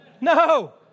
No